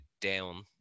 down